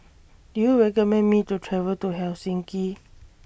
Do YOU recommend Me to travel to Helsinki